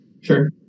Sure